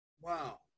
Wow